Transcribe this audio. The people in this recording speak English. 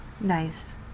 nice